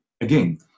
again